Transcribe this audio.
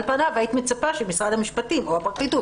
על פניו היית מצפה שמשרד המשפטים או הפרקליטות